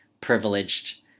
privileged